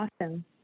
Awesome